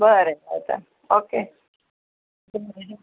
बरें जाता ओके